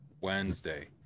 Wednesday